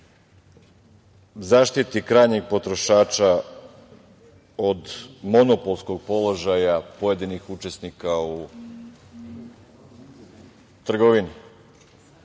zaštiti krajnjeg potrošača od monopolskog položaja pojedinih učesnika u trgovini.